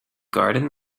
garden